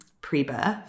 pre-birth